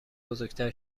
بزرگتر